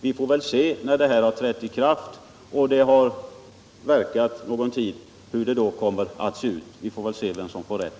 När ändringen trätt i kraft och verkat en tid får vi väl se vem av oss som har rätt.